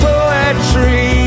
Poetry